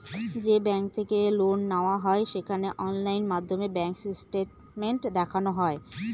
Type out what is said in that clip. যে ব্যাঙ্ক থেকে লোন নেওয়া হয় সেখানে অনলাইন মাধ্যমে ব্যাঙ্ক স্টেটমেন্ট দেখানো হয়